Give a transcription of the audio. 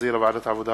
שהחזירה ועדת העבודה,